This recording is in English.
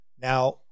Now